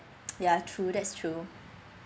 ya true that's true